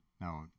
No